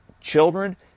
children